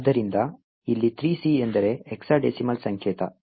ಆದ್ದರಿಂದ ಇಲ್ಲಿ 3C ಎಂದರೆ ಹೆಕ್ಸಾಡೆಸಿಮಲ್ ಸಂಕೇತ